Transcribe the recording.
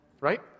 right